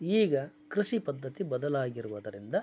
ಈಗ ಕೃಷಿ ಪದ್ಧತಿ ಬದಲಾಗಿರುವುದರಿಂದ